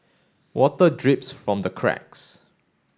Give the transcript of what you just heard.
water drips from the cracks